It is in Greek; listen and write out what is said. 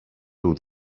του